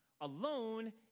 Alone